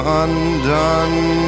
undone